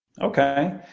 Okay